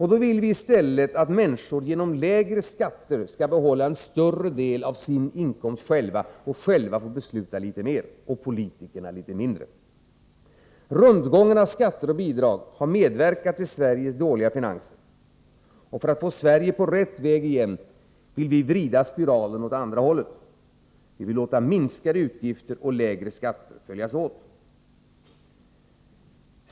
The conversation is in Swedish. Vi vill att människor i stället genom lägre skatter skall behålla en större del av sin inkomst själva och att de själva skall få besluta litet mer och politikerna litet mindre. Rundgången av skatter och bidrag har medverkat till Sveriges dåliga finanser. För att få Sverige på rätt väg igen vill vi vrida spriralen åt andra hållet. Vi vill låta minskade utgifter och lägre skatter följas åt.